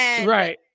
Right